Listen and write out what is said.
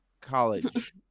college